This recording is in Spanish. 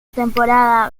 temporada